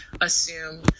assume